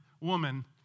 woman